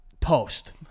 Toast